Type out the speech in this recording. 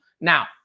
Now